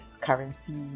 currency